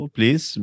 Please